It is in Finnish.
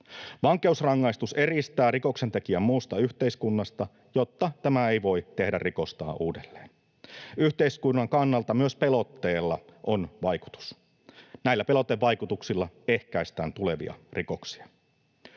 Vankeusrangaistus eristää rikoksentekijän muusta yhteiskunnasta, jotta tämä ei voi tehdä rikostaan uudelleen. Yhteiskunnan kannalta myös pelotteella on vaikutus. Näillä pelotevaikutuksilla ehkäistään tulevia rikoksia.